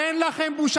אין לכם בושה.